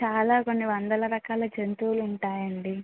చాలా కొన్ని వందల రకాల జంతువులు ఉంటాయండి